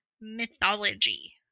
mythology